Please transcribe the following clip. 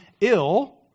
ill